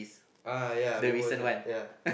ah yeah it was that yeah